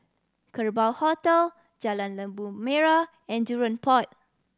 Kerbau Hotel Jalan Labu Merah and Jurong Port